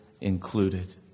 included